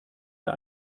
wir